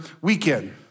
weekend